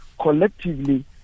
collectively